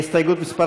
הסתייגות מס'